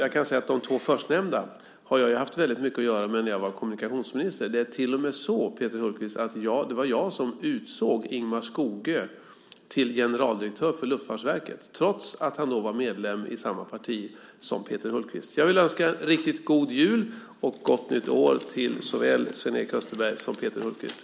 Jag kan säga att jag har haft väldigt mycket att göra med de två förstnämnda när jag var kommunikationsminister. Det är till och med så, Peter Hultqvist, att det var jag som utsåg Ingemar Skogö till generaldirektör för Luftfartsverket trots att han då var medlem i samma parti som Peter Hultqvist. Jag vill önska en riktigt god jul och ett gott nytt år till såväl Sven-Erik Österberg som Peter Hultqvist.